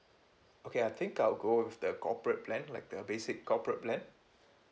okay I think I'll go with the corporate plan like the basic corporate plan